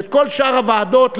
ואת כל שאר הוועדות,